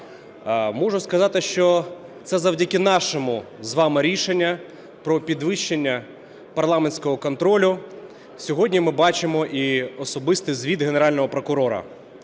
Можу сказати, що це завдяки нашому з вами рішенню про підвищення парламентського контролю сьогодні ми бачимо і особистий звіт Генерального прокурора.